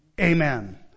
amen